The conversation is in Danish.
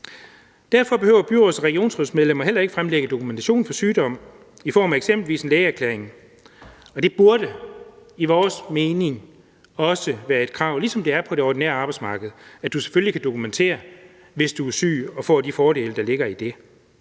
Derfor behøver byråds- og regionsrådsmedlemmer heller ikke at fremlægge dokumentation for sygdom i form af eksempelvis en lægeerklæring, men det burde i vores optik også være et krav, ligesom det er på det ordinære arbejdsmarked, altså at du selvfølgelig kan dokumentere, at du er syg og får de fordele, der ligger i det